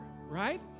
right